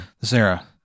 sarah